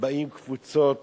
באים קבוצות